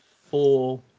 four